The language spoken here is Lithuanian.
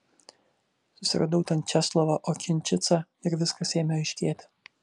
susiradau ten česlovą okinčicą ir viskas ėmė aiškėti